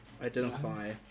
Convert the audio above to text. identify